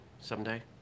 Someday